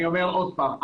אני אומר עוד פעם,